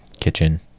kitchen